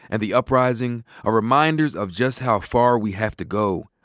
and the uprising are reminders of just how far we have to go,